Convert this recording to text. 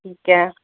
ਠੀਕ ਹੈ